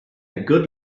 good